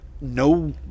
no